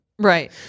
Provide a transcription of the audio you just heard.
Right